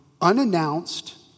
unannounced